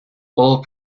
all